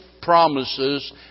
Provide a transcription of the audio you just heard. promises